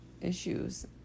issues